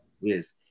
Yes